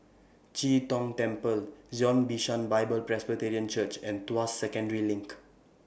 Chee Tong Temple Zion Bishan Bible Presbyterian Church and Tuas Second LINK